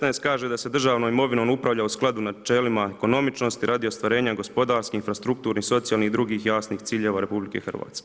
Članak 16. kaže da se državnom imovinom upravlja u skladu načelima ekonomičnosti radi ostvarenja gospodarske, infrastrukturnih, socijalnih i drugih jasnih ciljeva RH.